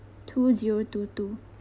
two zero two two